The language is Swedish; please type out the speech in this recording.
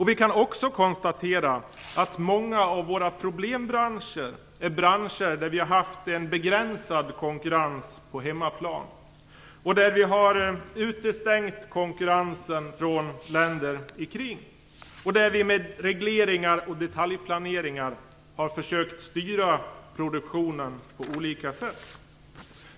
Vi kan också konstatera att många av våra problembranscher är branscher där vi har haft en begränsad konkurrens på hemmaplan, där vi har utestängt konkurrensen från omkringliggande länder och där vi med regleringar och detaljplaneringar försökt styra produktionen på olika sätt.